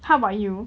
how about you